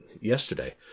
yesterday